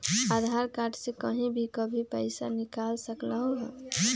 आधार card से कहीं भी कभी पईसा निकाल सकलहु ह?